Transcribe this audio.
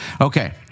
Okay